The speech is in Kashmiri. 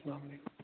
سلامُ علیکُم